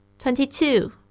Twenty-two